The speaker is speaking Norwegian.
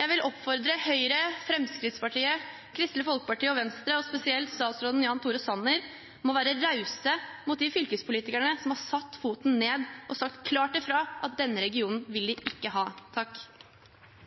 Jeg vil oppfordre Høyre, Fremskrittspartiet, Kristelig Folkeparti og Venstre og spesielt statsråd Jan Tore Sanner om å være rause mot de fylkespolitikerne som har satt foten ned og sagt klart fra om at denne regionen vil de ikke ha.